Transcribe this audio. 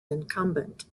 incumbent